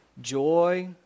joy